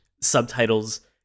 subtitles